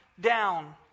down